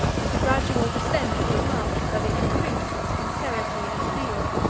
and the gradual descent was marked by the increase of sincerity and zeal.